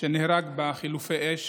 אין משהו מורגש,